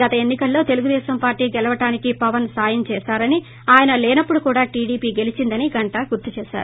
గత ఎన్ని కల్లో తెలుగుదేశం పార్లీ గెలవడానికి పవన్ సాయం చేశారని ఆయన లేనప్పుడు కూడా టీడీపీ గెలిచిందని గంటా గుర్తు చేసారు